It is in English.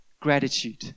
gratitude